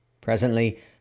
Presently